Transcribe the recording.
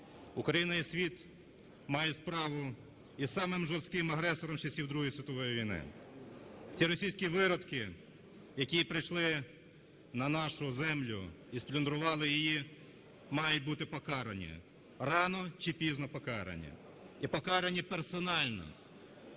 Україна і світ має справу із самим жорстким агресором із часів Другої світової війни. Ці російські виродки, які прийшли на нашу землю і сплюндрували її, мають бути покарані. Рано чи пізно покарані. І покарані персонально.